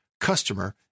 customer